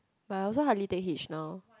but I also hardly take Hitch now